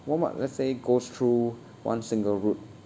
walmart let's say goes through one single route